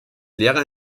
lehrer